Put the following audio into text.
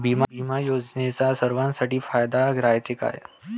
बिमा योजना सर्वाईसाठी फायद्याचं रायते का?